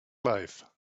life